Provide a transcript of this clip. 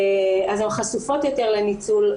אז הן חשופות יותר לניצול.